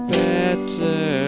better